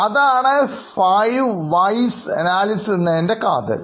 അതാണ് 5 whys analysis എന്നതിൻറെ കാതൽ